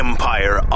Empire